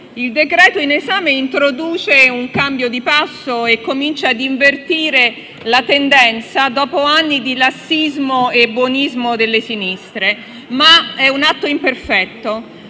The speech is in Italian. il decreto-legge in esame introduce un cambio di passo e comincia a invertire la tendenza, dopo anni di lassismo e buonismo delle sinistre. Tuttavia, si tratta